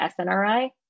SNRI